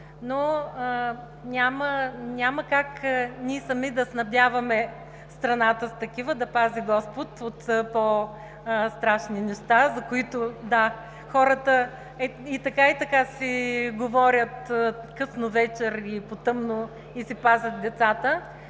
но няма как ние сами да снабдяваме страната с такива, да пази господ от по-страшни неща, за които хората така и така си говорят късно вечер или по тъмно и си пазят децата